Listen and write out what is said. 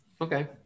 Okay